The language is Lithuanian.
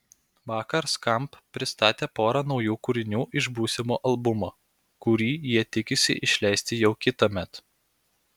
vakar skamp pristatė porą naujų kūrinių iš būsimo albumo kurį jie tikisi išleisti jau kitąmet